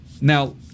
Now